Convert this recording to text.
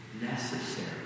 necessary